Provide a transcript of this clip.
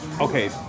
okay